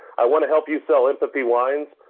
i want to help you sell empathy wines,